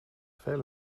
fel